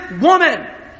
woman